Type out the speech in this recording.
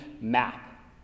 map